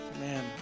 man